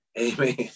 Amen